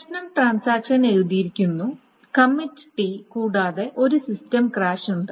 പ്രശ്നം ട്രാൻസാക്ഷൻ എഴുതിയിരിക്കുന്നു കമ്മിറ്റ് ടി കൂടാതെ ഒരു സിസ്റ്റം ക്രാഷ് ഉണ്ട്